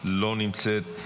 לא נמצאת,